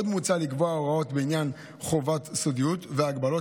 עוד מוצע לקבוע הוראות בעניין חובת סודיות והגבלות